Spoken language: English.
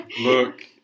Look